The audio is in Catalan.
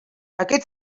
aquest